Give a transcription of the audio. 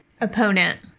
opponent